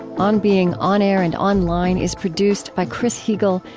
on being on-air and online is produced by chris heagle,